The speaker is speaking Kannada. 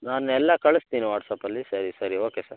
ನಾನು ಎಲ್ಲ ಕಳಿಸ್ತೀನ್ ವಾಟ್ಸಾಪಲ್ಲಿ ಸರಿ ಸರಿ ಓಕೆ ಸರ್